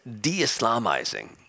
de-Islamizing